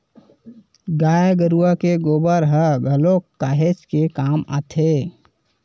गाय गरुवा के गोबर ह घलोक काहेच के काम आथे